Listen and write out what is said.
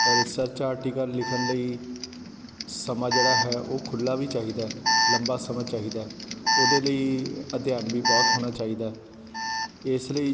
research article ਲਿਖਣ ਲਈ ਸਮਾਂ ਜਿਹੜਾ ਹੈ ਉਹ ਖੁੱਲ੍ਹਾ ਵੀ ਚਾਹੀਦਾ ਲੰਬਾ ਸਮਾਂ ਚਾਹੀਦਾ ਉਹਦੇ ਲਈ ਅਧਿਐਨ ਵੀ ਬਹੁਤ ਹੋਣਾ ਚਾਹੀਦਾ ਇਸ ਲਈ